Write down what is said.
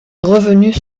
revenues